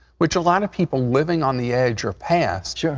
which a lot of people, living on the edge or past, yeah